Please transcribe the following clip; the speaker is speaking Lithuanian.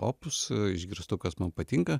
opus išgirstu kas man patinka